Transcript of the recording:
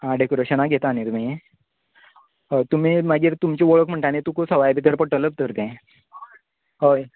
आ डेकोरेशनाक घेता न्ही तुमी हय तुमी मागीर तुमचें वळख म्हणटा न्ही तर तुका सवाय भितर पडटले तर तें हय